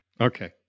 Okay